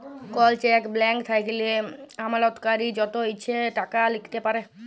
call cheque blank থ্যাইকলে আমালতকারী যত ইছে টাকা লিখতে পারে